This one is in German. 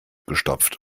gestopft